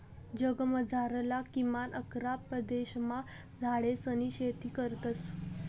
जगमझारला किमान अकरा प्रदेशमा झाडेसनी शेती करतस